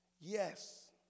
Yes